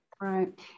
Right